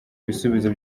ibisubizo